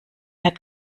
hat